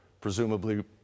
presumably